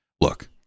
Look